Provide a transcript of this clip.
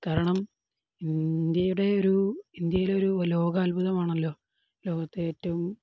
കാരണം ഇന്ത്യയുടെ ഒരു ഇന്ത്യയിലൊരു ലോകാത്ഭുതമാണല്ലോ ലോകത്ത് ഏറ്റവും